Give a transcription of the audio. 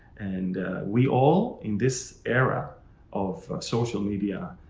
and we all in this era of social media,